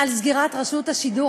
על סגירת רשות השידור,